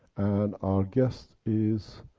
and our guest is